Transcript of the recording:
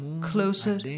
closer